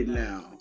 now